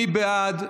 מי בעד?